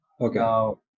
Okay